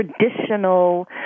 traditional